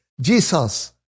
Jesus